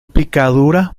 picadura